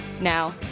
Now